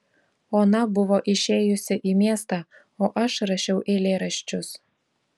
ona buvo išėjusi į miestą o aš rašiau eilėraščius